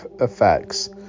effects